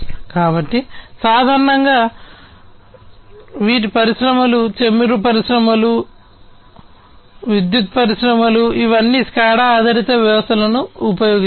కాబట్టి సాధారణంగా నీటి పరిశ్రమలు చమురు పరిశ్రమలు విద్యుత్ ఉత్పత్తి పరిశ్రమలు ఇవన్నీ SCADA ఆధారిత వ్యవస్థలను ఉపయోగిస్తాయి